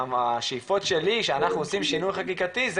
השאיפות שלי שאנחנו עושים שינוי חקיקתי זה